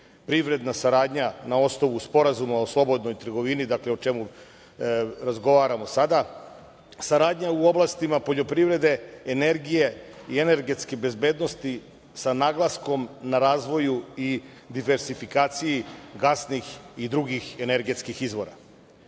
privredna saradnja na osnovu Sporazuma o slobodnoj trgovini, dakle o čemu razgovaramo sada, saradnja u oblasti poljoprivrede, energije i energetske bezbednosti sa naglaskom na razvoju i diversifikaciji gasnih i drugih energetskih izvora.U